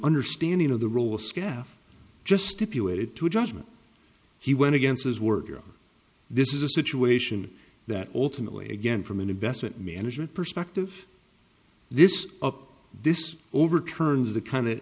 understanding of the role of skaf just stipulated to a judgment he went against his work this is a situation that ultimately again from an investment management perspective this up this overturns the kind of